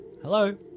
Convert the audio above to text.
hello